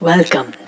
Welcome